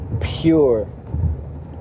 pure